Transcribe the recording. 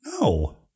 No